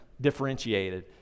differentiated